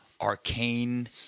arcane